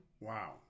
Wow